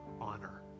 honor